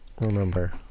remember